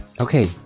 Okay